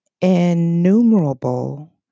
innumerable